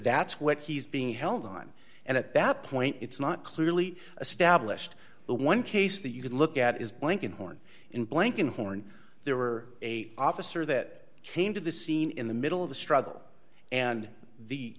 that's what he's being held on and at that point it's not clearly established but one case that you could look at is blankenhorn in blankenhorn there were a officer that came to the scene in the middle of the struggle and the